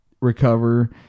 recover